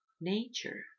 nature